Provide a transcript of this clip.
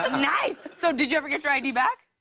ah nice! so, did you ever get your i d. back?